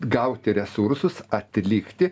gauti resursus atlikti